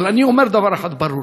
אבל אני אומר דבר אחד ברור,